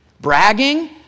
Bragging